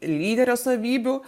lyderio savybių